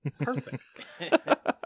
Perfect